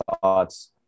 thoughts